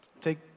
Take